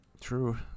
True